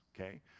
okay